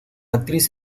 actriz